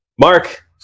Mark